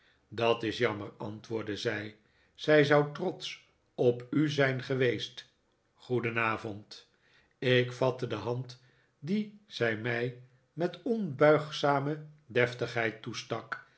dat is jammer antwoordde zij zij zou trotsch op u zijn geweest goedenavond ik vatte de hand die zij mij met onbuigzame deftigheid toestak